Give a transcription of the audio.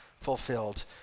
fulfilled